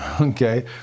Okay